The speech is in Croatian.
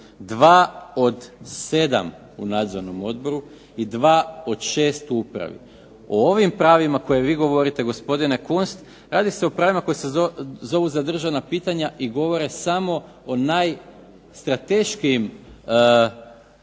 Dva od sedam u Nadzornom odboru i dva od šest u upravi. O ovim pravima koje vi govorite gospodine Kunst radi se o pravima koja se zovu zadržana pitanja i govore samo o najstrateškijim pitanjima